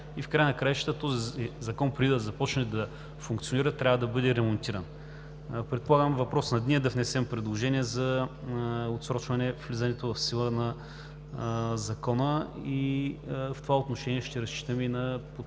и в края на краищата този закон, преди да започне да функционира, трябва да бъде ремонтиран. Предполагам, че е въпрос на дни да внесем предложения за отсрочване влизането в сила на Закона и в това отношение ще разчитаме на